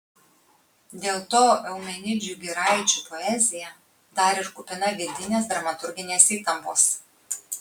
dėl to eumenidžių giraičių poezija dar ir kupina vidinės dramaturginės įtampos